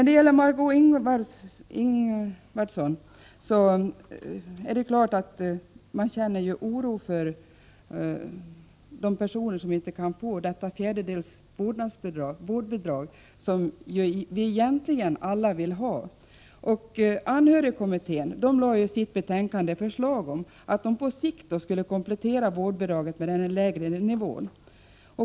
Det är klart att man känner oro för de personer som inte kan få det fjärdedels vårdbidrag som alla som behöver egentligen vill ha. Anhörigvårdskommittén föreslog att man på sikt skulle komplettera vårdbidraget med denna lägre nivå.